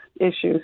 issues